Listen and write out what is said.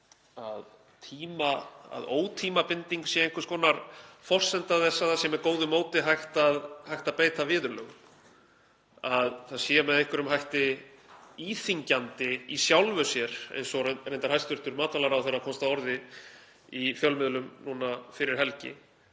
að ótímabundin leyfi séu einhvers konar forsenda þess að með góðu móti sé hægt að beita viðurlögum, að það sé með einhverjum hætti íþyngjandi í sjálfu sér, eins og reyndar hæstv. matvælaráðherra komst að orði í fjölmiðlum núna fyrir helgi,